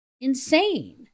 insane